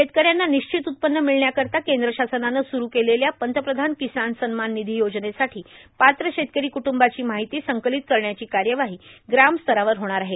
शेतकऱ्यांना निश्चित उत्पन्न र्मिळण्यार्कारता कद्ग शासनानं सुरु केलेल्या पंतप्रधान र्याकसान सन्मान र्मिधी योजनेसाठी पात्र शेतकरी कुटुंबाची मार्गाहती संर्कालत करण्याची कायवाही ग्राम स्तरावर होणार आहे